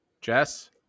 Jess